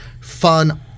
fun